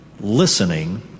listening